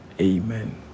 amen